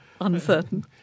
uncertain